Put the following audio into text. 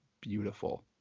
beautiful